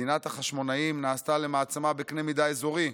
מדינת החשמונאים נעשתה מעצמה בקנה מידה אזורי,